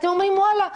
אתם אומרים: ואללה,